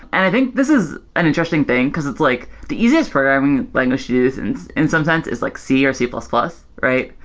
and i think this is an interesting thing, because it's like the easiest programming language to do since and sometimes it's like c or c plus plus, right?